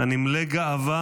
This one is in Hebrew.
"אני מלא גאווה,